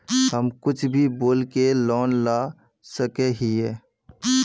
हम कुछ भी बोल के लोन ला सके हिये?